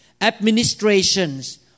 administrations